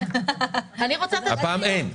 הפעם אין.